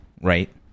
right